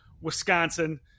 Wisconsin